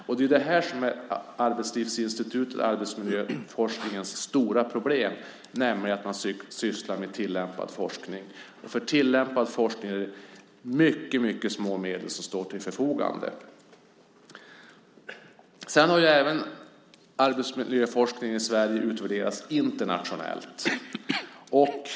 Det är ju det här som är Arbetslivsinstitutets, arbetsmiljöforskningens, stora problem; att man sysslar med tillämpad forskning. För tillämpad forskning är det mycket små medel som står till förfogande. Sedan har ju även arbetsmiljöforskningen i Sverige utvärderats internationellt.